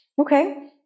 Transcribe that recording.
Okay